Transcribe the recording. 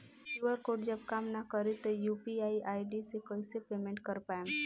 QR code जब काम ना करी त यू.पी.आई आई.डी से कइसे पेमेंट कर पाएम?